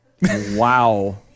Wow